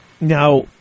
Now